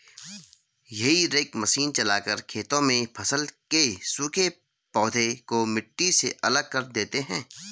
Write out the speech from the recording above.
हेई rake machine चलाकर खेतों में फसल के सूखे पौधे को मिट्टी से अलग कर देते हैं